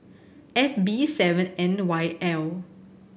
F B seven N Y L